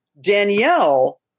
Danielle